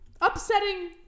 upsetting